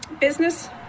business